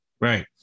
right